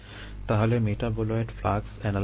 তাহলে metabolite flux analysis